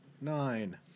Nine